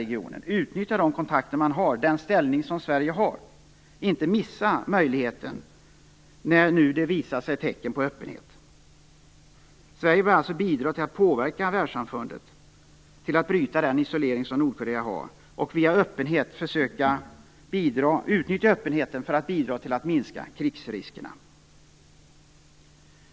Man skall utnyttja de kontakter, den ställning, som Sverige har och inte missa möjligheten när det nu visar sig tecken på öppenhet. Sverige bör alltså bidra till att påverka världssamfundet att bryta den isolering som Nordkorea har och utnyttja öppenheten till att bidra till att minska krigsriskerna.